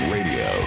Radio